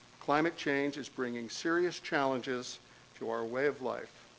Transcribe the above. climate change is bringing serious challenges to our way of life,